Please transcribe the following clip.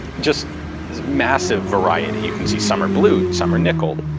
just massive variety. you can see some are blued, some are nickeled,